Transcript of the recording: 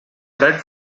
bred